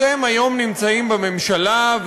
אתם היום נמצאים בממשלה,